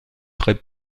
très